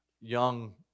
young